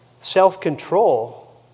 self-control